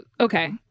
okay